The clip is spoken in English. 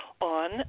on